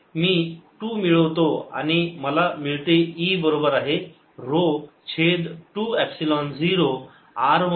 मी 2 मिळवतो आणि मला मिळते E बरोबर आहे ऱ्हो छेद 2 एपसिलोन 0 r 1 अधिक r 2